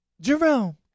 Jerome